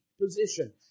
position